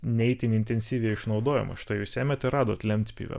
ne itin intensyviai išnaudojamas štai jūs ėmėt ir radot lentpjūvę